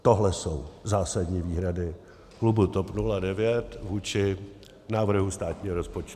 Tohle jsou zásadní výhrady klubu TOP 09 vůči návrhu státního rozpočtu.